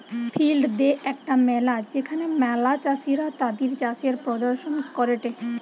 field দে একটা মেলা যেখানে ম্যালা চাষীরা তাদির চাষের প্রদর্শন করেটে